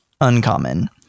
uncommon